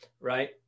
Right